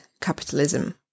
capitalism